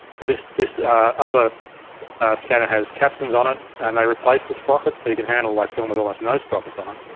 but this this other scanner has capstans on it and they replace the sprockets, so you can handle like film with almost no sprockets on it.